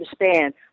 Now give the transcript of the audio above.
understand